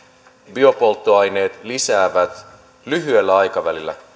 biopolttoaineet lisäävät lyhyellä aikavälillä